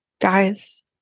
guys